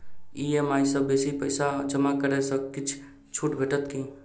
EMI सँ बेसी पैसा जमा करै सँ किछ छुट भेटत की?